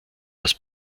das